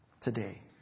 today